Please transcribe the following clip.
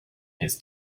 his